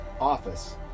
office